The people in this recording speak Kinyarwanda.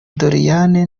doriane